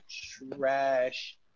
trash